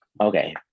Okay